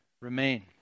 remain